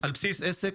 על בסיס עסק,